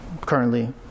currently